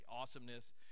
awesomeness